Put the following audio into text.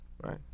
Right